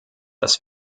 dass